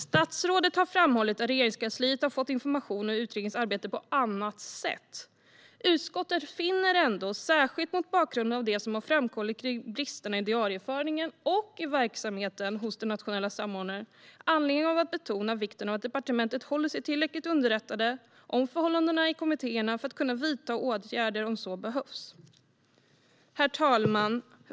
Statsrådet har framhållit att Regeringskansliet har fått information om utredningens arbete på annat sätt. Utskottet finner ändå, särskilt mot bakgrund av det som har framkommit om bristerna i diarieföringen och i verksamheten hos den nationella samordnaren, anledning att betona vikten av att departementet håller sig tillräckligt underrättade om förhållandena i kommittéerna för att kunna vidta åtgärder om så behövs. Herr talman!